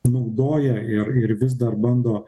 naudoja ir ir vis dar bando